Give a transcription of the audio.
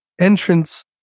entrance